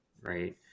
right